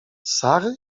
sary